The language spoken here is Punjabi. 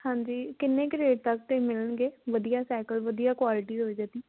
ਹਾਂਜੀ ਕਿੰਨੇ ਕੁ ਰੇਟ ਤੱਕ ਦੇ ਮਿਲਣਗੇ ਵਧੀਆ ਸਾਈਕਲ ਵਧੀਆ ਕੁਆਲਟੀ ਹੋਵੇ ਜਿਹਦੀ